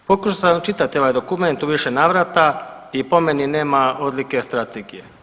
Pokušao sam čitati ovaj dokument u više navrata i po meni nema odlike strategije.